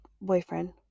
boyfriend